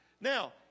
Now